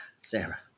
Sarah